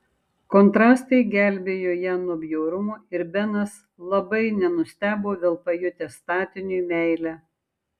kontrastai gelbėjo ją nuo bjaurumo ir benas labai nenustebo vėl pajutęs statiniui meilę